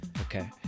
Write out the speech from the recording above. okay